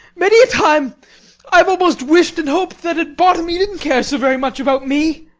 many a time i have almost wished and hoped that at bottom you didn't care so very much about me.